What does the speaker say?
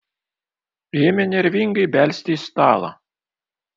ėmė nervingai belsti į stalą